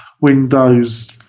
Windows